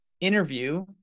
interview